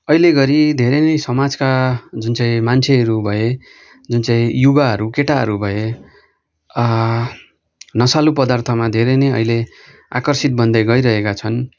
अहिलेघरि धेरै नै समाजका जुन चाहिँ मान्छेहरू भए जुन चाहिँ युवाहरू केटाहरू भए नसालु पदार्थमा धेरै नै अहिले आकर्षित बन्दै गइरहेका छन्